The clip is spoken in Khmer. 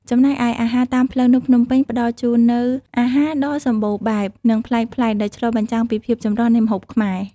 ចំណែកឯ អាហារតាមផ្លូវនៅភ្នំពេញ ផ្តល់ជូននូវជម្រើសម្ហូបអាហារដ៏សម្បូរបែប និងប្លែកៗ ដែលឆ្លុះបញ្ចាំងពីភាពចម្រុះនៃម្ហូបខ្មែរ។